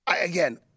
Again